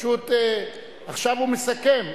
פשוט עכשיו הוא מסכם.